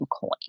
coin